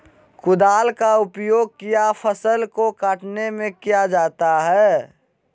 कुदाल का उपयोग किया फसल को कटने में किया जाता हैं?